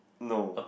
no